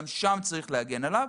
גם שם צריך להגן עליו,